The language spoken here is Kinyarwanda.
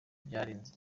byarenze